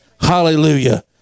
Hallelujah